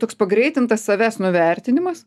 toks pagreitintas savęs nuvertinimas